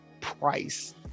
price